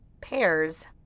pears